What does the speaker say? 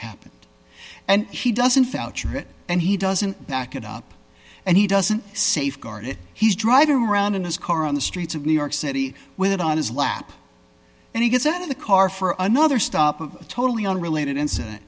happened and he doesn't it and he doesn't back it up and he doesn't safeguard it he's driving around in his car on the streets of new york city with it on his lap and he gets out of the car for another stop of a totally unrelated incident